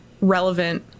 relevant